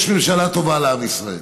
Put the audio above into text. יש ממשלה טובה לעם ישראל.